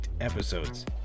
episodes